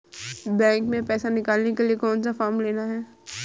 Bank में पैसा निकालने के लिए कौन सा फॉर्म लेना है?